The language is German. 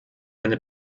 eine